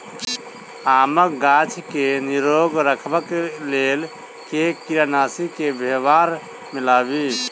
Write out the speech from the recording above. आमक गाछ केँ निरोग रखबाक लेल केँ कीड़ानासी केँ व्यवहार मे लाबी?